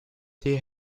die